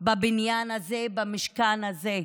בבניין הזה, במשכן הזה.